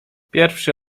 pierwszy